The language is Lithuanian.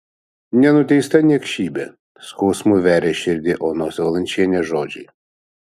nenuteista niekšybė skausmu veria širdį onos valančienės žodžiai